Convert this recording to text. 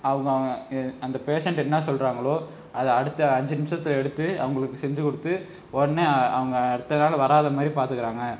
அவங்கவங்க அந்த பேஷண்ட் என்ன சொல்கிறாங்களோ அதை அடுத்த அஞ்சு நிமிஷத்தில் எடுத்து அவர்களுக்கு செஞ்சுக் கொடுத்து உடனே அவங்க அடுத்த நாள் வராத மாதிரி பார்த்துக்கறாங்க